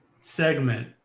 segment